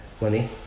money